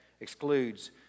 excludes